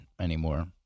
anymore